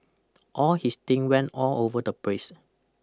all his thing went all over the place